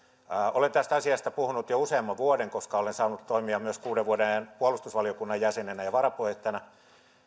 olen tästä asiasta puhunut jo useamman vuoden koska olen saanut toimia myös kuuden vuoden ajan puolustusvaliokunnan jäsenenä ja varapuheenjohtajana